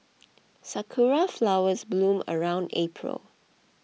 sakura flowers bloom around April